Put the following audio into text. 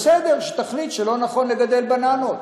שתחליט שלא נכון לגדל בננות,